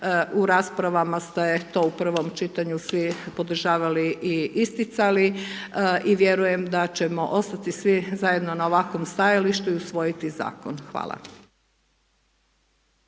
u raspravama ste to u prvom čitanju svi podržavali i isticali i vjerujem da ćemo ostati svi zajedno na ovakvom stajalištu i usvojiti Zakon. Hvala.